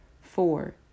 Four